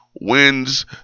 Wins